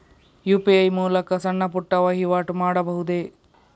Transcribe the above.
UPI ಮೂಲಕ ಸಣ್ಣ ಪುಟ್ಟ ವಹಿವಾಟು ಮಾಡಬಹುದೇ?